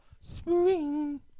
spring